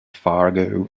fargo